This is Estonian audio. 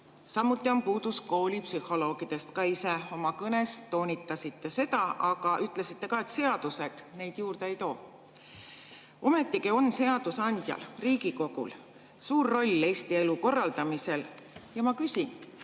Samuti on puudus koolipsühholoogidest. Ka te ise oma kõnes toonitasite seda, aga ütlesite ka, et seadused neid juurde ei too. Ometigi on seadusandjal, Riigikogul suur roll Eesti elu korraldamisel. Ma küsin: